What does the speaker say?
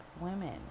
women